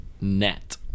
net